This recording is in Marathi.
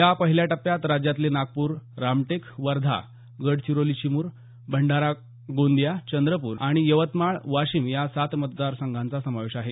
या पहिल्या टप्प्यात राज्यातले नागपूर रामटेक वर्धा गडचिरोली चिमूर भंडारा गोंदिया चंद्रपूर आणि यवतमाळ वाशिम या सात मतदारसंघाचा समावेश आहे